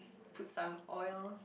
put some oil